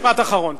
משפט אחרון.